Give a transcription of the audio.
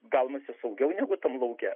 gaunasi saugiau negu tam lauke